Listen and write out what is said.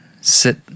sit